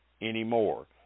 anymore